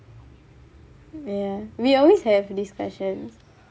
ya we always have discussions